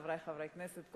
חברי חברי הכנסת,